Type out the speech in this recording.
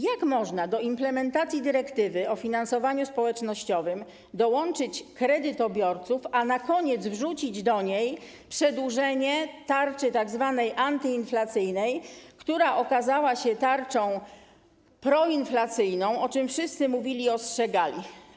Jak można do implementacji dyrektywy o finansowaniu społecznościowym dołączyć kredytobiorców, a na koniec wrzucić do niej przedłużenie tzw. tarczy antyinflacyjnej, która okazała się tarczą proinflacyjną, o czym wszyscy mówili i przed czym ostrzegali?